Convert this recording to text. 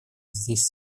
здесь